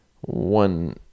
one